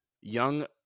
young